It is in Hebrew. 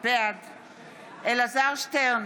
בעד אלעזר שטרן,